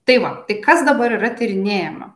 tai va tai kas dabar yra tyrinėjama